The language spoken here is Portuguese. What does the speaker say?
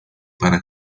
para